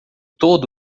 todo